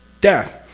death.